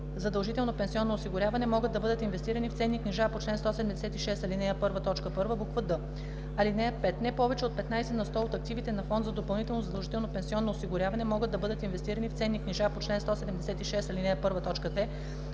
задължително пенсионно осигуряване могат да бъдат инвестирани в ценни книжа по чл. 176, ал. 1, т. 1, буква „д”. (5) Не повече от 15 на сто от активите на фонд за допълнително задължително пенсионно осигуряване могат да бъдат инвестирани в ценни книжа по чл. 176, ал. 1,